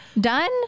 done